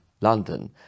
London